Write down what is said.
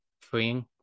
freeing